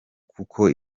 kuko